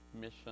mission